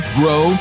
grow